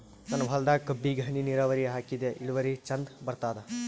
ನನ್ನ ಹೊಲದಾಗ ಕಬ್ಬಿಗಿ ಹನಿ ನಿರಾವರಿಹಾಕಿದೆ ಇಳುವರಿ ಚಂದ ಬರತ್ತಾದ?